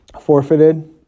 forfeited